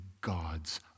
God's